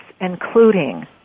including